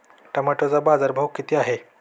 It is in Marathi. टोमॅटोचा बाजारभाव किती आहे?